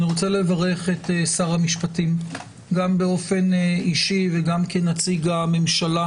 אני רוצה לברך את שר המשפטים גם אישית וגם כנציג הממשלה,